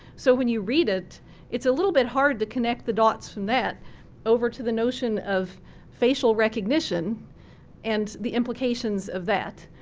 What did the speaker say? so when you read it it's a little bit hard to connect the dots from that over to the notion of facial recognition and the implications of that.